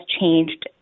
changed